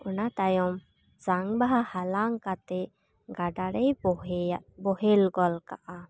ᱚᱱᱟᱛᱟᱭᱚᱢ ᱡᱟᱝ ᱵᱟᱦᱟ ᱦᱟᱞᱟᱝ ᱠᱟᱛᱮᱜ ᱜᱟᱰᱟ ᱨᱮᱭ ᱵᱚᱦᱮᱭᱟ ᱵᱚᱦᱮᱞ ᱜᱚᱞ ᱠᱟᱜᱼᱟ